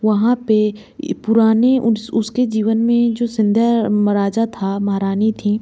वहाँ पे पुराने उसके जीवन में जो सिंधिया राजा था महारानी थी